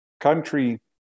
country